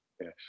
yes